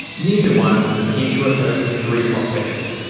neither one appeared to have hurt his career prospects.